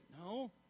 No